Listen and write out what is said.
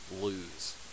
lose